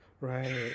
right